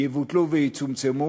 יבוטלו ויצומצמו.